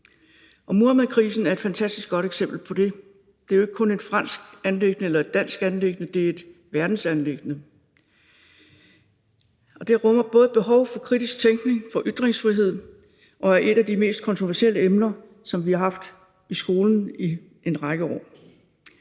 Muhammedkrisen er et fantastisk godt eksempel på det. Det er jo ikke kun et fransk anliggende eller et dansk anliggende, det er et verdensanliggende, og det rummer et behov for både kritisk tænkning og for ytringsfrihed og er et af de mest kontroversielle emner, som vi har haft i skolen i en række år.